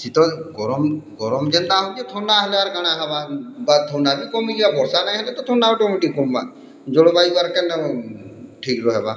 ଶୀତ ଗରମ୍ ଗରମ୍ ଜେନ୍ତା ହଉଚେ ଥଣ୍ଡା ହେଲେ କାଣା ହେବା ବା ଥଣ୍ଡାବି କମିଯିବା ବର୍ଷା ନାଇଁ ହେଲେ ତ ଅଟ୍ମେଟିକ୍ କମ୍ବା ଜଳବାୟୁ ଆର୍ କେନେ ଠିକ୍ ରହେବା